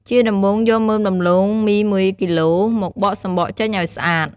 ជាដំបូងយកមើមដំឡូងមី១គីឡូ មកបកសំបកចេញឲ្យស្អាត ។